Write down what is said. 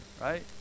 Right